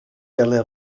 earlier